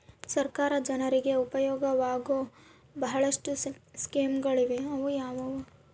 ಸರ್ಕಾರ ಜನರಿಗೆ ಉಪಯೋಗವಾಗೋ ಬಹಳಷ್ಟು ಸ್ಕೇಮುಗಳಿವೆ ಅವು ಯಾವ್ಯಾವ್ರಿ?